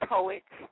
Poets